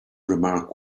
remark